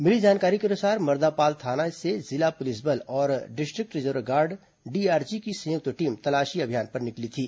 मिली जानकारी के अनुसार मर्दापाल थाने से जिला पुलिस बल और डिस्ट्रिक्ट रिजर्व गार्ड डीआरजी की संयुक्त टीम तलाशी अभियान पर निकली थी